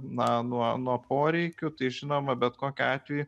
na nuo nuo poreikių tai žinoma bet kokiu atveju